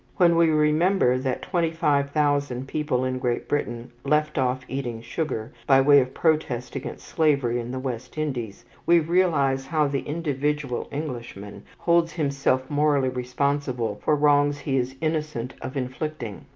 when we remember that twenty-five thousand people in great britain left off eating sugar, by way of protest against slavery in the west indies, we realize how the individual englishman holds himself morally responsible for wrongs he is innocent of inflicting,